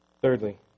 Thirdly